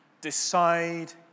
decide